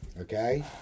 okay